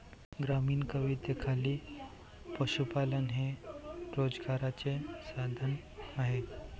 ग्रामीण कवितेखाली पशुपालन हे रोजगाराचे साधन आहे